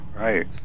right